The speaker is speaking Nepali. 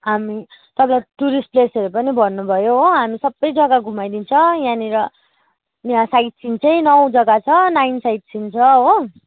हामी तपाईँलाई टुरिस्ट प्लेसहरू पनि भन्नुभयो हो हामी सबै जग्गा घुमाइदिन्छौँ यहाँनिर यहाँ साइट सिन चाहिँ नौ जग्गा छ नाइन साइट सिन छ हो